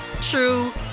true